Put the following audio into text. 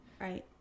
Right